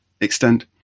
extent